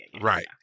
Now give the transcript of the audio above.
right